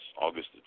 August